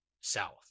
South